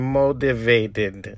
motivated